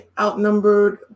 outnumbered